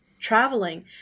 traveling